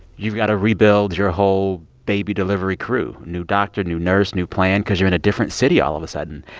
you've got to rebuild your whole baby delivery crew new doctor, new nurse, new plan cause you're in a different city all of a sudden.